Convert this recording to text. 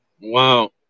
Wow